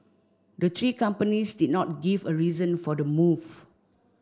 the three companies did not give a reason for the move